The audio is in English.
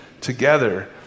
together